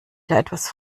etwas